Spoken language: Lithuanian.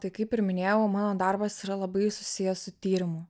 tai kaip ir minėjau mano darbas yra labai susijęs su tyrimu